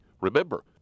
remember